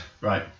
Right